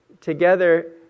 together